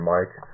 Mike